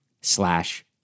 slash